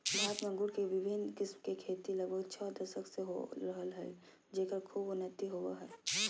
भारत में अंगूर के विविन्न किस्म के खेती लगभग छ दशक से हो रहल हई, जेकर खूब उन्नति होवअ हई